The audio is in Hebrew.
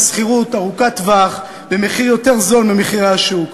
שכירות ארוכת-טווח במחיר יותר זול ממחירי השוק.